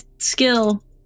skill